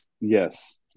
Yes